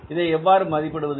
இதை எவ்வாறு மதிப்பிடுவது